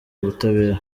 ubutabera